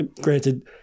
granted